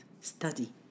study